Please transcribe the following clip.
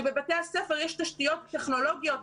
בבתי הספר יש תשתיות טכנולוגיות,